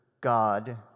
God